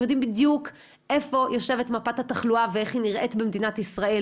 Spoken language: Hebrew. הם יודעים בדיוק איפה יושבת מפת התחלואה ואיך היא נראית במדינת ישראל.